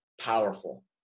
powerful